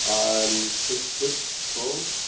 um i'm six foot tall.